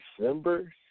December